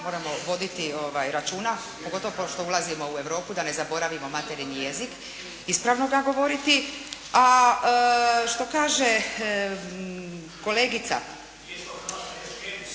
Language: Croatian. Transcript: moramo voditi računa, pogotovo kao što ulazimo u Europu da ne zaboravimo meterinji jezik, ispravno ga govoriti. A što kaže kolegica, ...